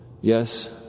Yes